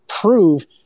prove